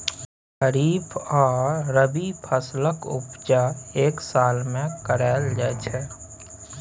खरीफ आ रबी फसलक उपजा एक साल मे कराएल जाइ छै